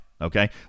okay